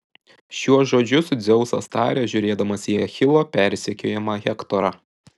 šiuos žodžius dzeusas taria žiūrėdamas į achilo persekiojamą hektorą